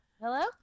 Hello